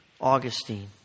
Augustine